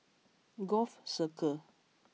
Gul Circle